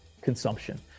consumption